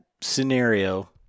scenario